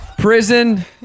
Prison